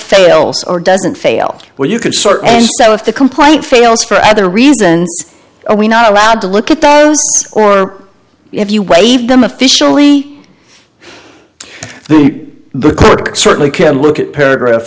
fails or doesn't fail where you could sort of if the complaint fails for other reasons are we not allowed to look at those or if you wave them officially the court certainly can look at paragraph